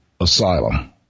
asylum